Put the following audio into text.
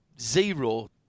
zero